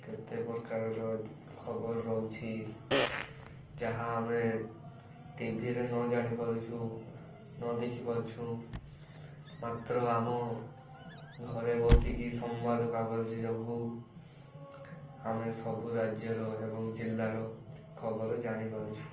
କେତେ ପ୍ରକାରର ଖବର ରହୁଛି ଯାହା ଆମେ ଟିଭିରେ ନ ଜାଣିପାରୁଛୁ ନ ଦେଖିପାରୁଛୁଁ ମାତ୍ର ଆମ ଘରେ ବସିକି ସମ୍ବାଦ କାଗଜ ଯୋଗୁଁ ଆମେ ସବୁ ରାଜ୍ୟର ଏବଂ ଜିଲ୍ଲାର ଖବର ଜାଣିପାରୁଛୁ